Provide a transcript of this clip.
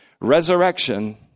Resurrection